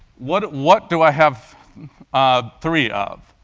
what what do i have ah three of?